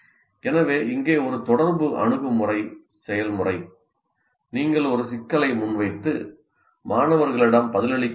எனவே இங்கே ஒரு தொடர்பு அணுகுமுறை செயல்முறை நீங்கள் ஒரு சிக்கலை முன்வைத்து மாணவர்களிடம் பதிலளிக்கச் சொல்லுங்கள்